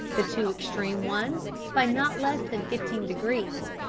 the two extreme ones by not less than fifteen degrees,